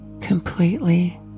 completely